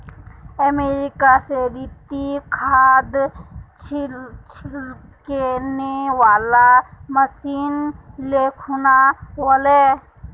America स रितिक खाद छिड़कने वाला मशीन ले खूना व ले